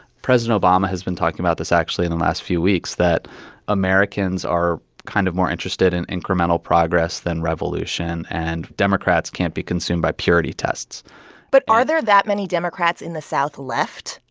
president obama has been talking about this actually in the last few weeks that americans are kind of more interested in incremental progress than revolution, and democrats can't be consumed by purity tests but are there that many democrats in the south left,